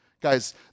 Guys